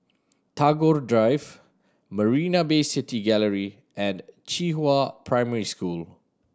Tagore Drive Marina Bay City Gallery and Qihua Primary School